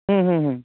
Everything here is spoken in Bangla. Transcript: হুম হুম হুম